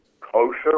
kosher